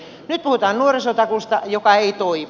nyt puhutaan nuorisotakuusta joka ei toimi